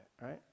right